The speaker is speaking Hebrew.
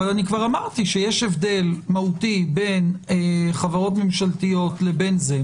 אבל כבר אמרתי שיש הבדל מהותי בין חברות ממשלתיות לזה.